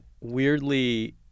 weirdly